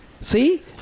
see